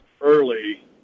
early